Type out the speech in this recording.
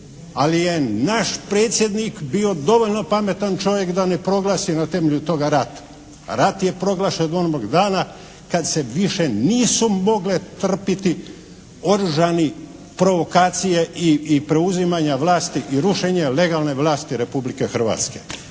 ali je naš predsjednik bio dovoljno pametan čovjek da ne proglasi na temelju toga rat. Rat je proglašen onog dana kad se više nisu mogle trpiti oružani provokacije i preuzimanje vlasti i rušenje legalne vlasti Republike Hrvatske.